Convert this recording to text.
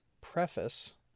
preface